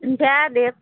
दए देब